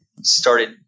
started